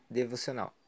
devocional